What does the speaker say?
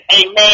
Amen